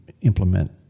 implement